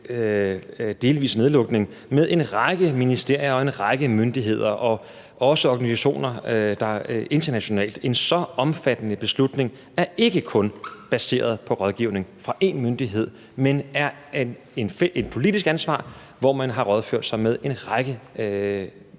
delvise nedlukning med en række ministerier og en række myndigheder og også med organisationer internationalt. En så omfattende beslutning er ikke kun baseret på rådgivning fra én myndighed, men det er et politisk ansvar, hvor man har rådført sig med en række